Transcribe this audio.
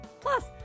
Plus